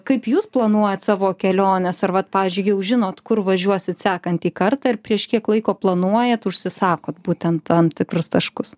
kaip jūs planuojat savo keliones ar vat pavyzdžiui jau žinot kur važiuosite sekantį kartą ir prieš kiek laiko planuojat užsisakot būtent tam tikrus taškus